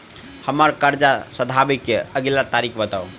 हम्मर कर्जा सधाबई केँ अगिला तारीख बताऊ?